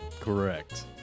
correct